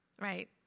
right